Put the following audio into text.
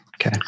Okay